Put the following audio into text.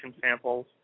samples